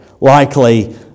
likely